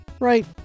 right